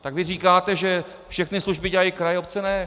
Tak vy říkáte, že všechny služby dělají kraje a obce ne.